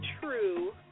true